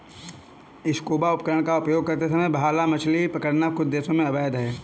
scuba उपकरण का उपयोग करते समय भाला मछली पकड़ना कुछ देशों में अवैध है